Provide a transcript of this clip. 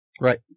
Right